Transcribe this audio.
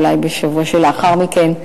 או אולי בשבוע שלאחר מכן,